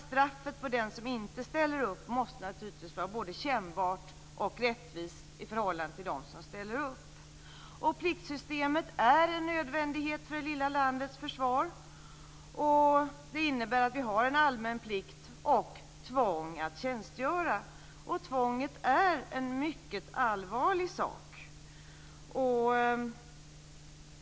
Straffet för den som inte ställer upp måste vara både kännbart och rättvist i förhållande till dem som ställer upp. Pliktsystemet är en nödvändighet för det lilla landets försvar. Det innebär att vi har en allmän plikt och tvång att tjänstgöra. Tvånget är en mycket allvarlig sak.